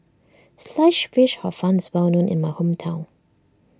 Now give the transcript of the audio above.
Sliced Fish Hor Fun is well known in my hometown